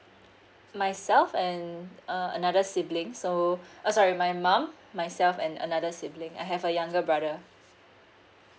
myself and uh another siblings so uh sorry my mom myself and another sibling I have a younger brother